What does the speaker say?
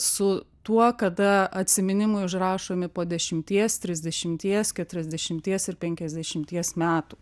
su tuo kada atsiminimai užrašomi po dešimties trisdešimties keturiasdešimties ir penkiasdešimties metų